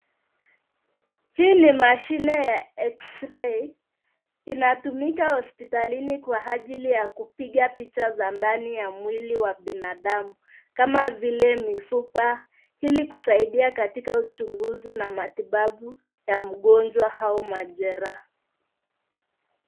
Hii ni mashine ya eksirei. Inatumika hospitalini kwa ajili ya kupiga picha za ndani ya mwili wa binadamu kama vile mifupa ili kusaidia katika uchunguzi na matibabu ya mgonjwa au majeraha.